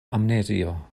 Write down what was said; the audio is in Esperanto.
amnezio